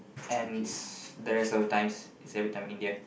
and the rest of the times is every time India